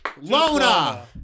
Lona